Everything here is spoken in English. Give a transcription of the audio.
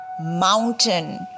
mountain